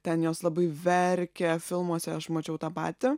ten jos labai verkia filmuose aš mačiau tą patį